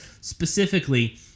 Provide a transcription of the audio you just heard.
specifically